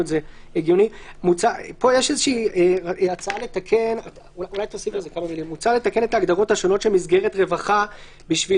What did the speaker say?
פה יש הצעה לתקן את ההגדרות השונות של מסגרת רווחה בשביל